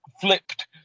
flipped